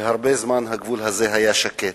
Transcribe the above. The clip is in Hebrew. שהרבה זמן הגבול הזה היה שקט,